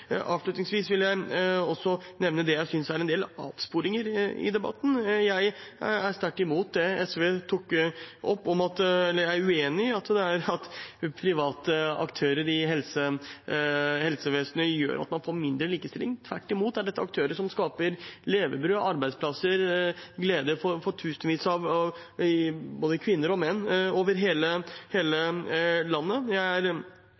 Avslutningsvis vil jeg nevne det jeg synes er en del avsporinger i debatten. Jeg er uenig i det SV tok opp – at private aktører i helsevesenet gjør at man får mindre likestilling. Tvert imot er dette aktører som skaper levebrød og arbeidsplasser til glede for tusenvis av både kvinner og menn over hele landet. Jeg er